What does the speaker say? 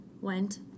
went